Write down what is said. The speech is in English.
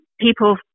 people